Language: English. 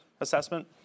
assessment